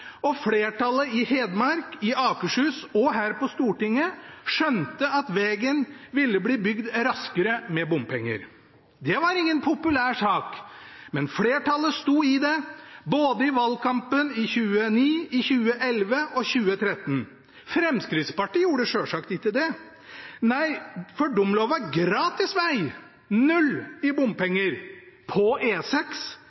og flertallet i Hedmark, i Akershus og her på Stortinget skjønte at vegen ville bli bygd raskere med bompenger. Det var ingen populær sak, men flertallet sto i det, både i valgkampen i 2009, i 2011 og i 2013. Fremskrittspartiet gjorde selvsagt ikke det. Nei, for de lovet gratis veg: Null i